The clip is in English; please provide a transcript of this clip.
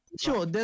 Sure